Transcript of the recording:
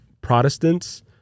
Protestants